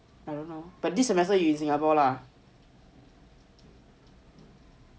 I don't know but this semester you in singapore lah